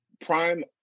Prime